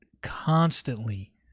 constantly